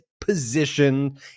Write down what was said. position